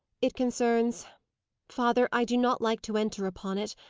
it concerns father, i do not like to enter upon it!